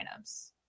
lineups